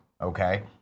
Okay